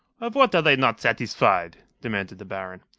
of what are they not satisfied? demanded the baron.